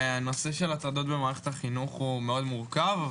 הנושא של הטרדות במערכת החינוך הוא מאוד מורכב.